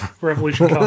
revolution